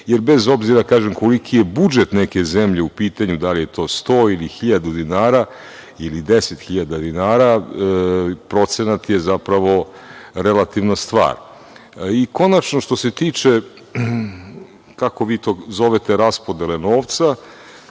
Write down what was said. jer bez obzira, kažem koliki je budžet neke zemlje u pitanju, da li je to sto ili hiljadu dinara ili deset hiljada dinara, procenat je relativna stvar. Konačno što se tiče, kako vi to zovete, raspodele novca,